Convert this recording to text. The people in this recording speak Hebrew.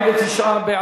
התשס"ט 2009,